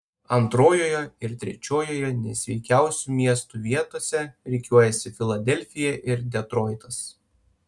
antrojoje ir trečiojoje nesveikiausių miestų vietose rikiuojasi filadelfija ir detroitas